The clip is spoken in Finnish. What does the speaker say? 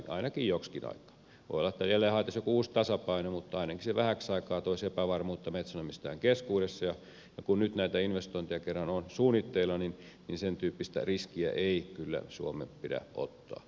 voi olla että jälleen haettaisiin joku uusi tasapaino mutta ainakin se vähäksi aikaa toisi epävarmuutta metsänomistajien keskuudessa ja kun nyt näitä investointeja kerran on suunnitteilla niin sentyyppistä riskiä ei kyllä suomen pidä ottaa